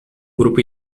grupo